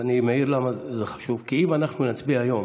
אני מעיר, זה חשוב, כי אם אנחנו נצביע היום